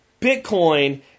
Bitcoin